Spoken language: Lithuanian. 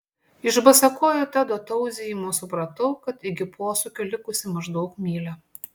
iš basakojo tedo tauzijimo supratau kad iki posūkio likusi maždaug mylia